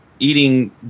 eating